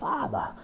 Father